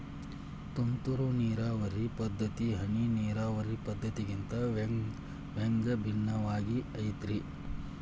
ತುಂತುರು ನೇರಾವರಿ ಪದ್ಧತಿ, ಹನಿ ನೇರಾವರಿ ಪದ್ಧತಿಗಿಂತ ಹ್ಯಾಂಗ ಭಿನ್ನವಾಗಿ ಐತ್ರಿ?